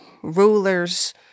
Rulers